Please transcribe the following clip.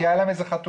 הייתה להם חתונה,